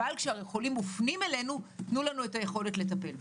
אבל כשהחולים מופנים אלינו תנו לנו את היכולת לטפל בהם.